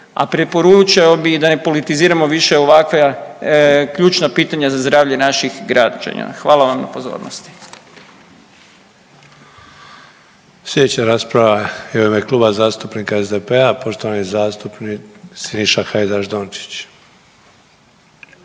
a preporučio bi da ne politiziramo više ovakva ključna pitanja za zdravlje naših građana. Hvala vam na pozornosti. **Sanader, Ante (HDZ)** Slijedeća rasprava je u ime Kluba zastupnika SDP-a, poštovani zastupnik Siniša Hajdaš Dončić.